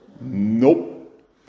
Nope